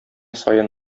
саен